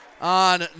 on